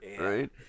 Right